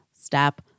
step